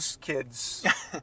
kids